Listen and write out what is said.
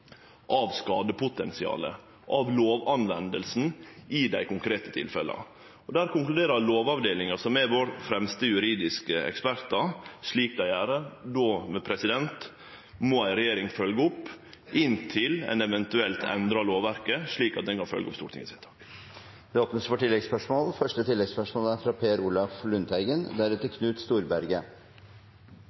av skadepotensialet og av lovtolkinga i dei konkrete tilfella. Lovavdelinga, som er våre fremste juridiske ekspertar, har konkludert slik dei har gjort. Då må regjeringa følgje opp dette inntil ein eventuelt endrar lovverket, slik at ein då kan